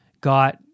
got